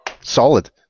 solid